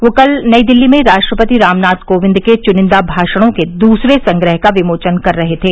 वे कल नई दिल्ली में राष्ट्रपति रामनाथ कोविंद के चुनिन्दा भाषणों के दूसरे संग्रह का विमोचन कर रहे थे